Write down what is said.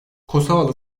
kosovalı